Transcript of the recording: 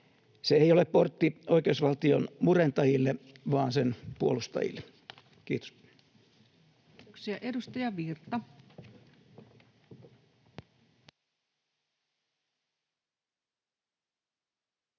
Se ei ole portti oikeusvaltion murentajille, vaan sen puolustajille. Kiitos.